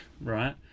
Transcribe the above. right